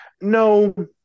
no